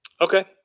Okay